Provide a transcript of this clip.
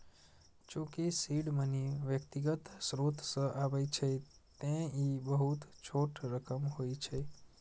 चूंकि seed money व्यक्तिगत स्रोत सं आबै छै, तें ई बहुत छोट रकम होइ छै